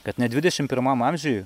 kad net dvidešim pirmam amžiuj